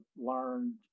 learned